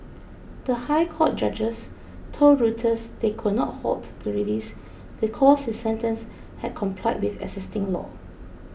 the High Court judges told Reuters they could not halt the release because his sentence had complied with existing law